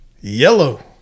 Yellow